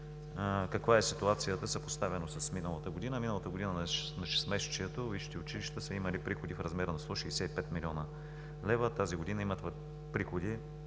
каква е ситуацията, съпоставена с миналата година? Миналата година на шестмесечието висшите училища са имали приходи в размер на 165 млн. лв., а тази година имат приходи